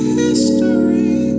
history